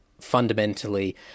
fundamentally